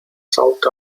south